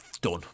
done